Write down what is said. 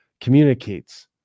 communicates